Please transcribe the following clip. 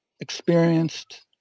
experienced